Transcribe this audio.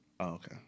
Okay